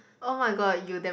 oh-my-god you damn